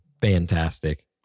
fantastic